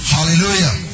Hallelujah